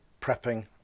prepping